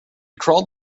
crawled